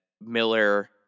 Miller